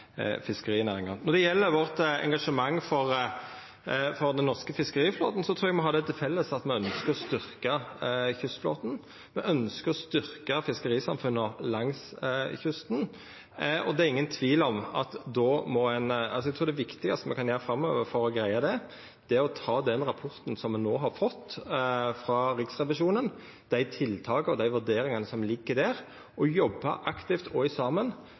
fiskerinæringa. Når det gjeld vårt engasjement for den norske fiskeriflåten, trur eg me har det til felles at me ønskjer å styrkja kystflåten, at me ønskjer å styrkja fiskerisamfunna langs kysten. Eg trur det viktigaste me kan gjera framover for å greia det, er å ta den rapporten som me no har fått frå Riksrevisjonen, dei tiltaka og dei vurderingane som ligg der, og saman jobba aktivt med korleis me kan utforma ein konkret politikk som både varetek føreseielegheita til dei som har investert, og